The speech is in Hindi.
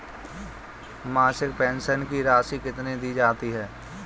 मासिक पेंशन की राशि कितनी दी जाती है?